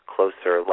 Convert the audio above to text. Closer